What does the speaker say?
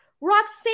Roxanne